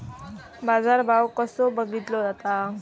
बाजार भाव कसो बघीतलो जाता?